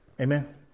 Amen